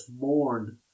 mourn